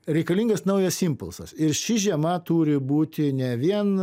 reikalingas naujas impulsas ir ši žiema turi būti ne vien